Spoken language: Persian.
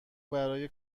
برای